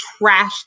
trashed